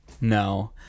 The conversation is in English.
No